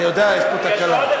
רגע, יש פה תקלה.